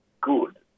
good